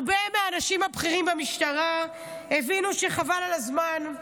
הרבה מהאנשים הבכירים במשטרה הבינו שחבל על הזמן,